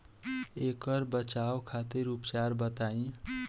ऐकर बचाव खातिर उपचार बताई?